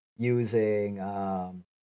using